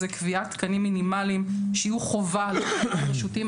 קביעת תקנים מינימליים שיהיו חובה לווטרינרים רשותיים,